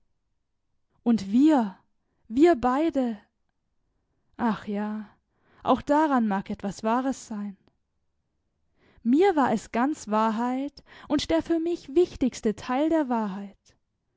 und wir wir beide ach ja auch daran mag etwas wahres sein mir war es ganz wahrheit und der für mich wichtigste teil der wahrheit